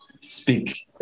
speak